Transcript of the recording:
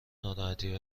ناراحتی